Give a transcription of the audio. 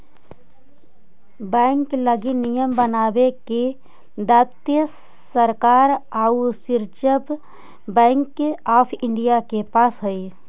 bank लगी नियम बनावे के दायित्व सरकार आउ रिजर्व बैंक ऑफ इंडिया के पास हइ